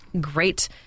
great